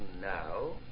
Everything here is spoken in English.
now